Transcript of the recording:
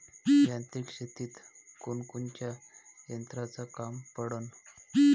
यांत्रिक शेतीत कोनकोनच्या यंत्राचं काम पडन?